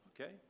okay